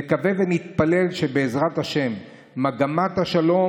נקווה ונתפלל שבעזרת השם מגמת השלום